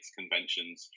conventions